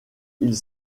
elles